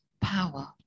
power